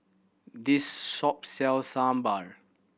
this shop sells Sambar